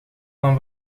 van